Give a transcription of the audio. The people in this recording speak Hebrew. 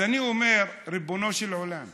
אז אני אומר: ריבונו של עולם,